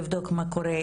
לבדוק מה קורה,